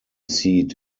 seat